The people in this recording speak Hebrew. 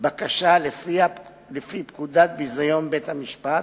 בקשה לפי פקודת ביזיון בית-המשפט,